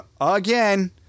again